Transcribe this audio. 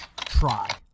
try